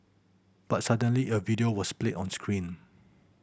but suddenly a video was played on screen